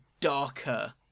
darker